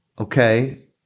Okay